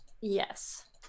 yes